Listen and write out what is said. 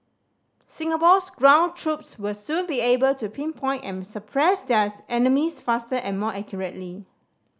Singapore's ground troops will soon be able to pinpoint and suppress their enemies faster and more accurately